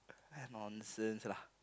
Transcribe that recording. nonsense lah